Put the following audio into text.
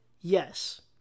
Yes